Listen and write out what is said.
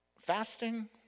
Fasting